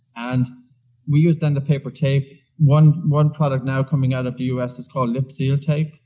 and we use, then, the paper tape one one product, now coming out of the us is called lipseal tape.